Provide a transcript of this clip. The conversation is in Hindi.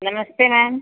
नमस्ते मैम